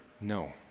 No